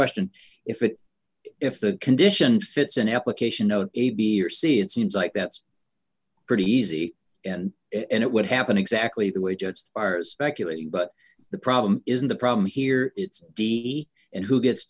question if it if the condition fits an application note a b or c it seems like that's pretty easy and it would happen exactly the way judges are speculating but the problem isn't the problem here it's and who gets